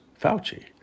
Fauci